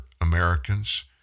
Americans